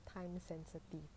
time sensitive